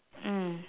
mm